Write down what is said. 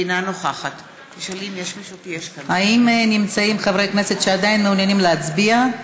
אינה נוכחת האם נמצאים חברי כנסת שעדין מעוניינים להצביע?